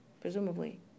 presumably